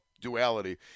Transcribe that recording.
duality